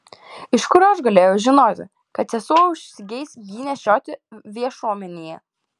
iš kur aš galėjau žinoti kad sesuo užsigeis jį nešioti viešuomenėje